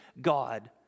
God